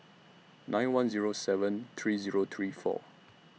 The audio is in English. nine one Zero seven three Zero three four